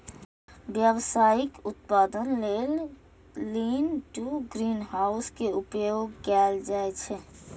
व्यावसायिक उत्पादन लेल लीन टु ग्रीनहाउस के उपयोग कैल जाइ छै